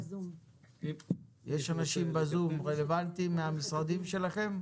יש אנשים בזום רלוונטיים מהמשרדים שלכם?